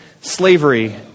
slavery